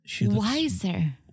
wiser